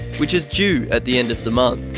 which is due at the end of the month.